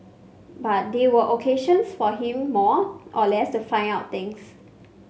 but they were occasions for him more or less to find out things